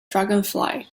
dragonfly